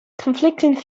conflicting